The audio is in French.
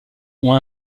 ont